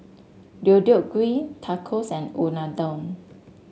Deodeok Gui Tacos and Unadon